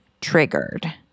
triggered